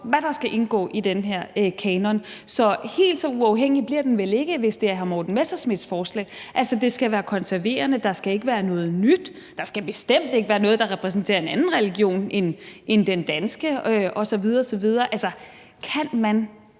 hvad der skal indgå i den her kanon. Så helt så uafhængig bliver den vel ikke, hvis den skal følge hr. Morten Messerschmidts forslag: Det skal være konserverende. Der skal ikke være noget nyt. Der skal bestemt ikke være noget, der repræsenterer en anden religion end den danske osv. osv.